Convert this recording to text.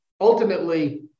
ultimately